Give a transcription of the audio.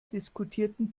diskutierten